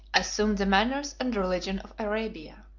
assumed the manners and religion of arabia.